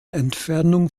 entfernung